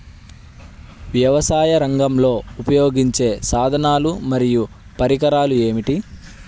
వ్యవసాయరంగంలో ఉపయోగించే సాధనాలు మరియు పరికరాలు ఏమిటీ?